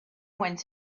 went